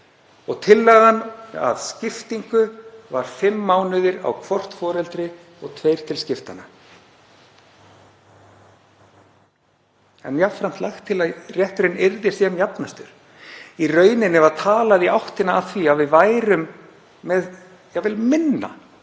og tillagan að skiptingu var fimm mánuðir á hvort foreldri og tveir til skiptanna en jafnframt var lagt til að rétturinn yrði sem jafnastur. Í rauninni var talað í áttina að því að við værum með jafnvel